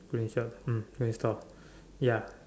green shop mm green store ya